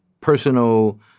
personal